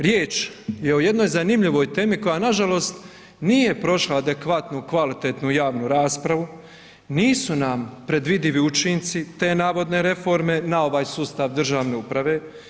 Riječ je o jednoj zanimljivoj temi koja nažalost nije prošla adekvatnu kvalitetnu javnu raspravu, nisu na predvidivi učinci te navodne reforme na ovaj sustav državne uprave.